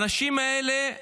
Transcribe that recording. האנשים האלה,